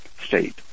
state